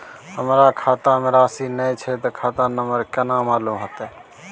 हमरा खाता में राशि ने छै ते खाता नंबर केना मालूम होते?